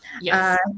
Yes